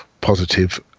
positive